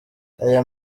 aya